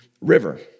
River